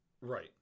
right